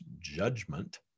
judgment